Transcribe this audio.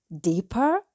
deeper